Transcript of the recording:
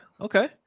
okay